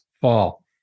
fall